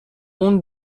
اون